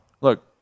Look